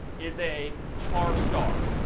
is a char star,